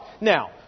Now